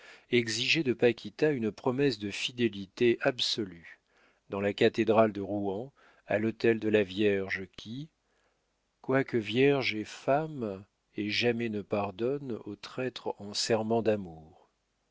exigeait de paquita une promesse de fidélité absolue dans la cathédrale de rouen à l'autel de la vierge qui quoique vierge est femme et jamais ne pardonne aux traîtres en serments d'amour